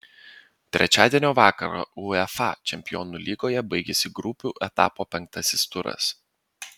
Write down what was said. trečiadienio vakarą uefa čempionų lygoje baigėsi grupių etapo penktasis turas